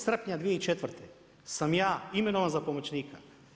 24. srpnja 2004. sam ja imenovan za pomoćnika.